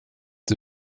att